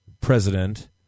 president